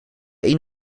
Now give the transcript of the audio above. een